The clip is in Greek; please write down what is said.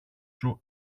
σου